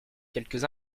quelques